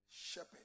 shepherd